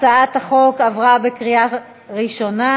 הצעת החוק עברה בקריאה ראשונה,